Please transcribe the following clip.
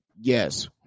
Yes